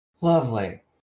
Lovely